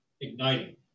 igniting